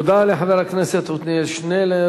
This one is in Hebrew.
תודה לחבר הכנסת עתניאל שנלר.